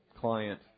client